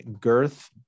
girth